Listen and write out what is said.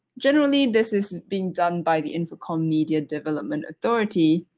generally, this is being done by the infocomm media development authority.